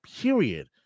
period